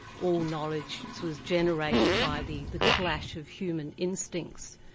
all knowledge was generated by the the clash of human instincts'.